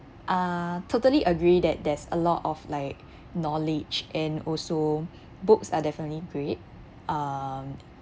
uh totally agree that there's a lot of like knowledge and also books are definitely great um